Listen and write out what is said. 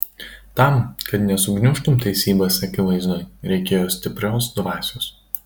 tam kad nesugniužtum teisybės akivaizdoj reikėjo stiprios dvasios